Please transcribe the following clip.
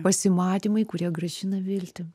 pasimatymai kurie grąžina viltį